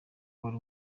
uwari